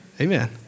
Amen